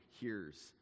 hears